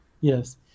Yes